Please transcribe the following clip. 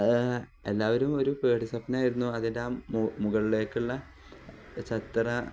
എല്ലാവരും ഒരു പേടി സ്വപ്നമായിരുന്നു അതിന്റെയാ മു മുകളിലേക്കുള്ള ഛത്ര